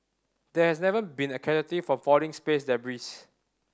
there has never been a casualty from falling space debris